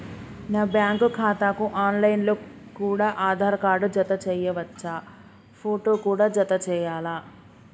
నా బ్యాంకు ఖాతాకు online లో కూడా ఆధార్ కార్డు జత చేయవచ్చా ఫోటో కూడా జత చేయాలా?